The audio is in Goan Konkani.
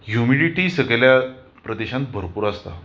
ह्युमिडिटी सकयल्या प्रदेशांत भरपूर आसता